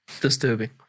disturbing